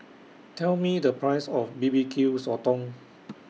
Tell Me The Price of B B Q Sotong